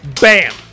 Bam